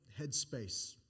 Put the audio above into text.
headspace